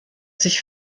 sich